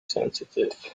sensitive